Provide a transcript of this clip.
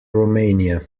romania